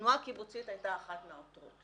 התנועה הקיבוצית הייתה אחת מהעותרות